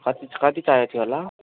कति कति चाहिएको थियो हला